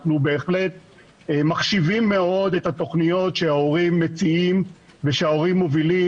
אנחנו בהחלט מחשיבים מאוד את התוכניות שההורים מציעים ומובילים,